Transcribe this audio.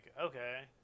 okay